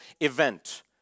event